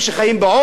באבטלה,